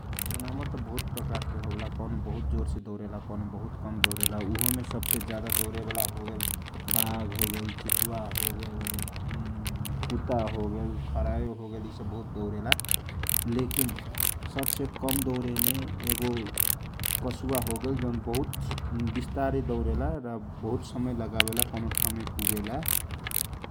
जानावर त बहुत प्रकार के होवेला कौन बहुत जोर से दौरेला कौने बहुत कम दौरेला उ होमे सब से ज्यादा बाघ होगेल चितुवा होगेल कुता होगेल खरायो होगोल यिसब बहुत दौरेला लेखिन सबसे कम दौरेमे कछुवा होगेल जौन बहुत विस्तारे दौरेला आ बहुत समय लागवेला कौनो ठाउँमे पुगेला ।